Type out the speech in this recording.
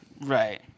Right